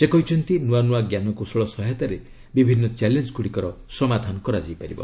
ସେ କହିଛନ୍ତି ନୂଆ ନୂଆ ଞ୍ଜାନକୌଶଳ ସହାୟତାରେ ବିଭିନ୍ନ ଚ୍ୟାଲେଞ୍ଗ୍ରୁଡ଼ିକର ସମାଧାନ କରାଯାଇପାରିବ